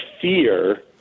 fear